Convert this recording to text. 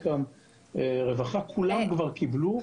הרווחה - כולם כבר קיבלו,